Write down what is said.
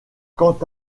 quant